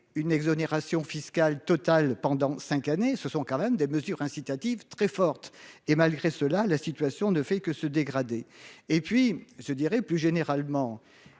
une exonération fiscale totale pendant 5 années se sont quand même des mesures incitatives très forte et malgré cela, la situation ne fait que se dégrader et puis je dirai, plus généralement,